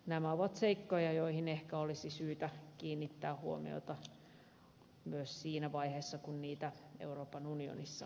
nämä ovat seikkoja joihin ehkä olisi syytä kiinnittää huomiota myös siinä vaiheessa kun niitä euroopan unionissa päätetään